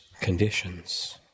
conditions